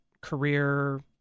career